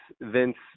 Vince